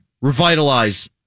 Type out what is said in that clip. revitalize